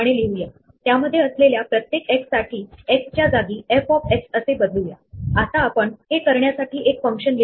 आपण key value pair असलेले शब्दकोश पाहिले आहेत ते देखील विविध प्रकारची माहिती राखण्यासाठी उपयुक्त असतात